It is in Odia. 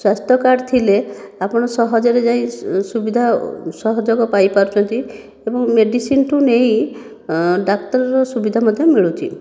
ସ୍ୱାସ୍ଥ୍ୟ କାର୍ଡ଼ ଥିଲେ ଆପଣ ସହଜରେ ଯାଇଁ ସୁବିଧା ସହଯୋଗ ପାଇପାରୁଛନ୍ତି ଏବଂ ମେଡ଼ିସିନ୍ ଠାରୁ ନେଇ ଡାକ୍ତରର ସୁବିଧା ମଧ୍ୟ ମିଳୁଛି